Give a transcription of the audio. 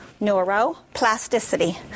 Neuroplasticity